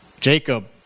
Jacob